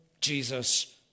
Jesus